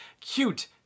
cute